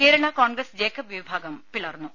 Kerala Congress Jacob വിഭാഗം പിളർന്നു